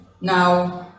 Now